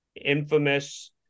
infamous